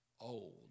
old